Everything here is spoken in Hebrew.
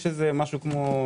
יש כ-12,